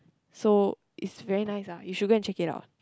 so it's very nice lah you should go and check it out